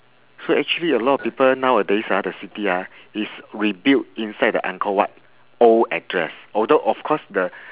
so actually a lot of people nowadays ah the city ah is rebuilt inside the angkor wat old address although of course the